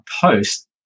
post